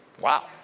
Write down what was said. Wow